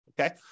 Okay